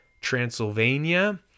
Transylvania